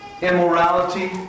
Immorality